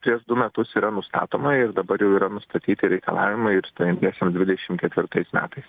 prieš du metus yra nustatoma ir dabar jau yra nustatyti reikalavimai ir stojamiesiems dvidešim ketvirtais metais